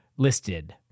Listed